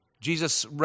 Jesus